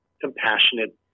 compassionate